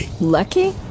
Lucky